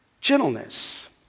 Gentleness